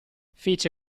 fece